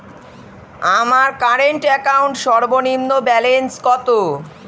আমার current account সর্বনিম্ন balance কত?